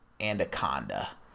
Anaconda